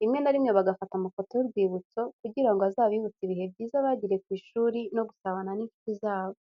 rimwe na rimwe bagafata amafoto y'urwibutso, kugira ngo azabibutse ibihe byiza bagiriye ku ishuri no gusabana n'inshuti zabo.